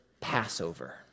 Passover